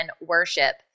worship